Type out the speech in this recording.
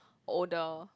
older